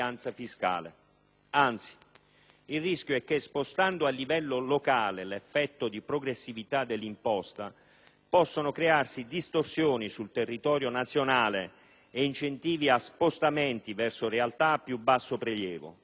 il rischio è che, spostando a livello locale l'effetto di progressività dell'imposta, possano crearsi distorsioni sul territorio nazionale e incentivi a spostamenti verso realtà a più basso prelievo: una sorta di esodo fiscale.